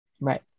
right